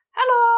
Hello